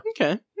Okay